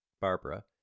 Barbara